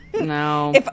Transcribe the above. No